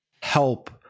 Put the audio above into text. help